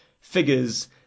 figures